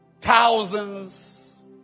thousands